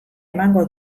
emango